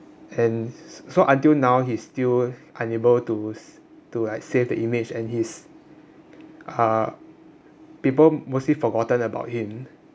and s~ so until now he's still unable to s~ to like save the image and his uh people mostly forgotten about him